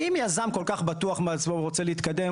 אם יזם כל כך בטוח בעצמו והוא רוצה להתקדם,